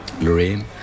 Lorraine